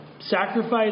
Sacrifice